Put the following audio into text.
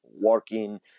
working